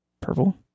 Purple